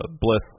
Bliss